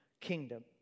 kingdom